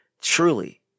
truly